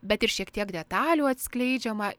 bet ir šiek tiek detalių atskleidžiama